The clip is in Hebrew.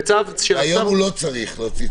היום הוא לא צריך להוציא צו?